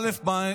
א.